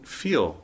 feel